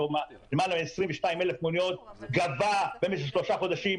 למעלה מ-22,000 מוניות גווע במשך שלושה חודשים,